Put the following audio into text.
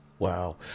Wow